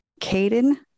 Caden